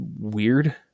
weird